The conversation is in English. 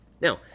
Now